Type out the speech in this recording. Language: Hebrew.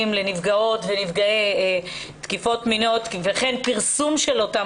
לנפגעות ולנפגעי תקיפות מיניות וכן פרסום של אותם